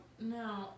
no